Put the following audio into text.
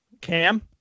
Cam